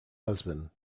husband